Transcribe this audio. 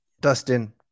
Dustin